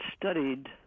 studied